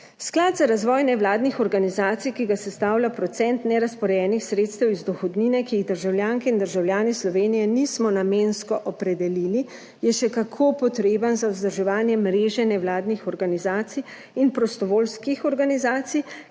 Sklad za razvoj nevladnih organizacij, ki ga sestavlja procent nerazporejenih sredstev iz dohodnine, ki jih državljanke in državljani Slovenije nismo namensko opredelili, je še kako potreben za vzdrževanje mreže nevladnih organizacij in prostovoljskih organizacij,